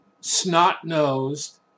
snot-nosed